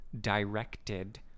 directed